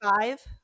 five